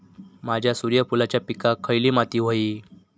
माझ्या सूर्यफुलाच्या पिकाक खयली माती व्हयी?